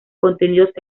contenidos